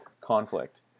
conflict